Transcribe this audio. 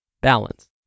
Balance